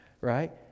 Right